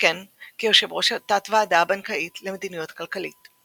וכן כיו"ר התת-וועדה הבנקאית למדיניות כלכלית.